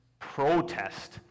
protest